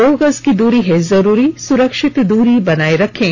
दो गज की दूरी है जरूरी सुरक्षित दूरी बनाए रखें